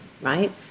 right